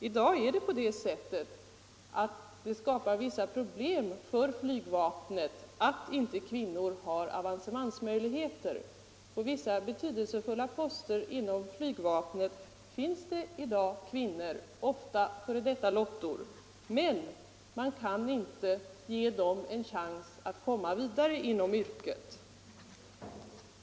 I dag skapar det vissa problem för flygvapnet att inte kvinnor har avancemangsmöjligheter. På vissa betydelsefulla poster inom flygvapnet finns det i dag kvinnor — ofta före detta lottor — men man kan inte ge dem en chans att komma vidare inom yrket.